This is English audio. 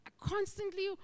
constantly